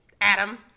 Adam